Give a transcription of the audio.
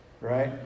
Right